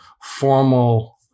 formal